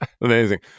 Amazing